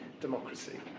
democracy